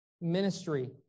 ministry